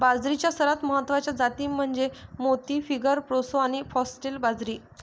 बाजरीच्या सर्वात महत्वाच्या जाती म्हणजे मोती, फिंगर, प्रोसो आणि फॉक्सटेल बाजरी